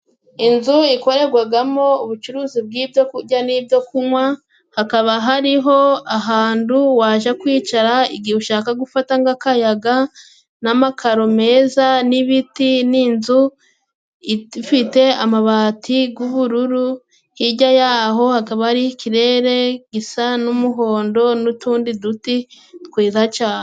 Inzu ikorerwagamo ubucuruzi bw'ibyo kurya n'ibyo kunywa, hakaba hariho ahantu waja kwicara igihe ushaka gufata nk'akayaga n'amakaro meza, n'ibiti n'inzu ifite amabati g'ubururu. Hirya yaho hakaba hari ikirere gisa n'umuhondo n'utundi duti twiza cyane.